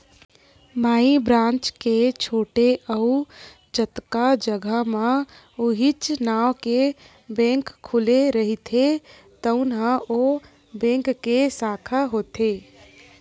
माई branch के छोड़े अउ जतका जघा म उहींच नांव के बेंक खुले रहिथे तउन ह ओ बेंक के साखा होथे